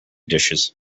dishes